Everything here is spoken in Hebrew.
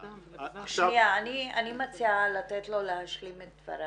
אני מציעה לתת לו להשלים את דבריו.